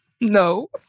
No